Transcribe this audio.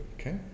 Okay